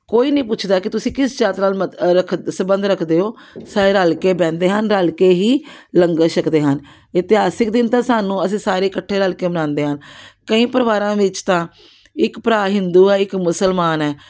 ਕੋਈ ਨਹੀਂ ਪੁੱਛਦਾ ਕਿ ਤੁਸੀਂ ਕਿਸ ਜਾਤ ਨਾਲ ਮਤ ਰੱਖ ਸੰਬੰਧ ਰੱਖਦੇ ਹੋ ਸਾਰੇ ਰਲ ਕੇ ਬਹਿੰਦੇ ਹਨ ਰਲ ਕੇ ਹੀ ਲੰਗਰ ਛਕਦੇ ਹਨ ਇਤਿਹਾਸਿਕ ਦਿਨ ਤਾਂ ਸਾਨੂੰ ਅਸੀਂ ਸਾਰੇ ਇਕੱਠੇ ਰਲ ਕੇ ਮਨਾਉਂਦੇ ਹਨ ਕਈ ਪਰਿਵਾਰਾਂ ਵਿੱਚ ਤਾਂ ਇੱਕ ਭਰਾ ਹਿੰਦੂ ਆ ਇੱਕ ਮੁਸਲਮਾਨ ਹੈ